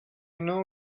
know